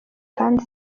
kandi